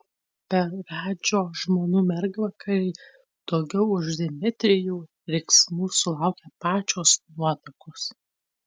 per radžio žmonų mergvakarį daugiau už dmitrijų riksmų sulaukė pačios nuotakos